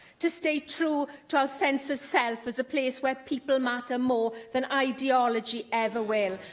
to stay true to our sense of self as a place where people matter more than ideology ever will.